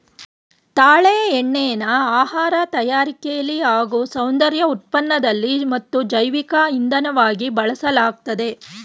ತಾಳೆ ಎಣ್ಣೆನ ಆಹಾರ ತಯಾರಿಕೆಲಿ ಹಾಗೂ ಸೌಂದರ್ಯ ಉತ್ಪನ್ನದಲ್ಲಿ ಮತ್ತು ಜೈವಿಕ ಇಂಧನವಾಗಿ ಬಳಸಲಾಗ್ತದೆ